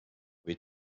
või